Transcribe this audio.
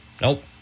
Nope